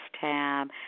tab